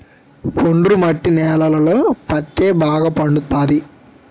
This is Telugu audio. ఒండ్రు మట్టి నేలలలో పత్తే బాగా పండుతది